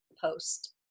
post